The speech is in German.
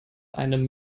einem